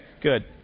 good